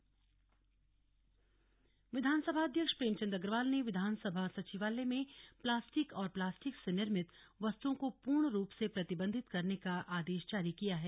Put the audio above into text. plastic प्रतिबंध विधानसभा अध्यक्ष प्रेमचंद अग्रवाल ने विधानसभा सचिवालय में प्लास्टिक और प्लास्टिक से निर्मित वस्तुओं को पूर्ण रूप से प्रतिबंधित करने का आदेश जारी किया गया है